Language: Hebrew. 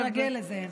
אני צריכה להתרגל לזה.